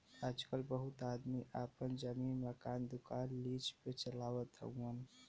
आजकल बहुत आदमी आपन जमीन, मकान, दुकान लीज पे चलावत हउअन